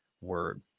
word